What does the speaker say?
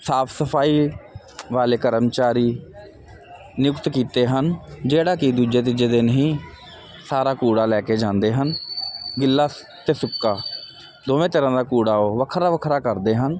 ਸਾਫ ਸਫਾਈ ਵਾਲੇ ਕਰਮਚਾਰੀ ਨਿਯੁਕਤ ਕੀਤੇ ਹਨ ਜਿਹੜਾ ਕਿ ਦੂਜੇ ਤੀਜੇ ਦਿਨ ਹੀ ਸਾਰਾ ਕੂੜਾ ਲੈ ਕੇ ਜਾਂਦੇ ਹਨ ਗਿਲਾ ਤੇ ਸੁੱਕਾ ਦੋਵੇਂ ਤਰ੍ਹਾਂ ਦਾ ਕੂੜਾ ਉਹ ਵੱਖਰਾ ਵੱਖਰਾ ਕਰਦੇ ਹਨ